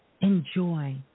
enjoy